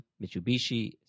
Mitsubishi